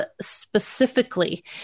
specifically